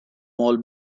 mall